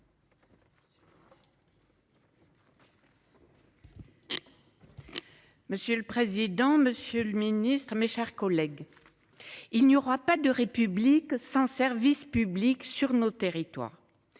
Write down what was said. Monsieur le président, Monsieur le Ministre, mes chers collègues. Il n'y aura pas de république sans services publics sur notre territoire.